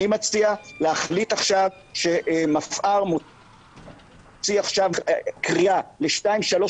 אני מציע להחליט עכשיו שמפע"ר מוציא עכשיו קריאה לשתיים-שלוש